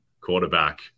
quarterback